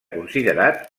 considerat